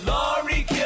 Laurie